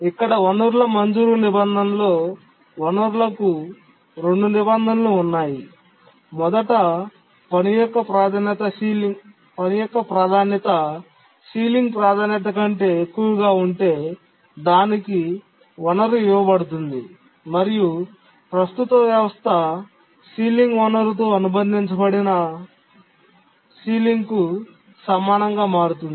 ఇక్కడ వనరుల మంజూరు నిబంధన లో వనరులకు రెండు నిబంధనలు ఉన్నాయి మొదట పని యొక్క ప్రాధాన్యత సీలింగ్ ప్రాధాన్యత కంటే ఎక్కువగా ఉంటే దానికి వనరు ఇవ్వబడుతుంది మరియు ప్రస్తుత వ్యవస్థ పైకప్పు వనరుతో అనుబంధించబడిన పైకప్పుకు సమానంగా మారుతుంది